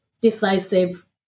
decisive